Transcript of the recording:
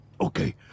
Okay